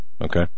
okay